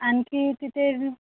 आणखी तिथे